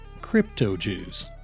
Crypto-Jews